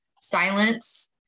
silence